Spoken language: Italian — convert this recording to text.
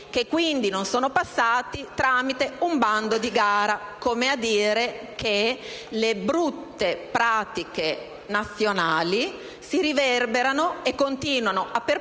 che quindi non sono passati tramite un bando di gara, come a dire che le brutte pratiche nazionali si riverberano e continuano a perpetrarsi